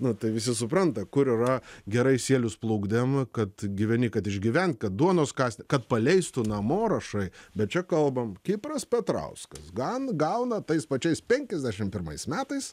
nu tai visi supranta kur yra gerai sielius plukdėm kad gyveni kad išgyvent kad duonos kąsnį kad paleistų namo rašai bet čia kalbam kipras petrauskas gan gauna tais pačiais penkiasdešim pirmais metais